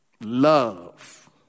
love